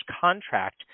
contract